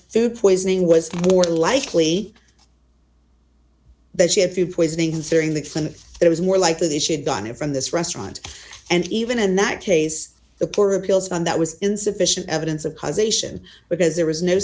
food poisoning was more likely that she had food poisoning searing the clinic it was more likely that she had done it from this restaurant and even in that case the poor appeals on that was insufficient evidence of causation because there was no